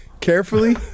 carefully